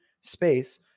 space